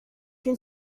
une